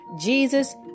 Jesus